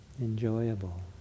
enjoyable